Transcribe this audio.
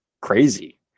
crazy